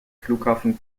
flughafen